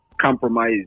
Compromise